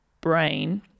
brain